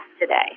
today